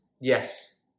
Yes